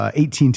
18